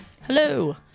Hello